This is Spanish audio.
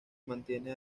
mantiene